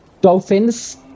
Dolphins